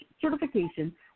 certification